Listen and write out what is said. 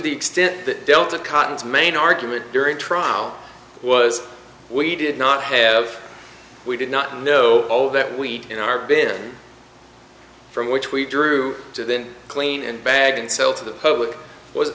the extent that delta cottons main argument during trial was we did not have we did not know all that we in our bid from which we drew to then clean and bag and sell to the public was